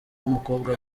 w’umukobwa